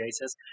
basis